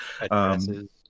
addresses